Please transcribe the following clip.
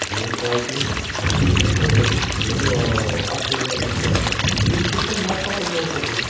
games ಆಯಿತು ಒಂದು cricket ನೋಡಬೇಕು ಎಲ್ಲೋ ಆಸ್ಟ್ರೇಲಿಯಾಲಿ ನಡೀತಾಯಿರುತ್ತೆ ಇಲ್ಲಿ ಕೂತ್ಕೊಂಡು ಲ್ಯಾಪ್ ಟಾಪಲ್ಲಿ ನೋಡ್ಕೊಬೋದು